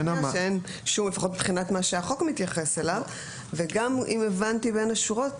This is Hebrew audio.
אם הבנתי נכון בין השורות